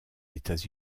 états